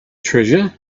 treasure